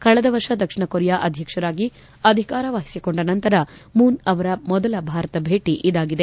ಕಳೆದ ವರ್ಷ ದಕ್ಷಿಣ ಕೊರಿಯಾ ಅಧ್ಯಕ್ಷರಾಗಿ ಅಧಿಕಾರವಹಿಸಿಕೊಂಡ ನಂತರ ಮೂನ್ ಅವರ ಮೊದಲ ಭಾರತ ಭೇಟ ಇದಾಗಿದೆ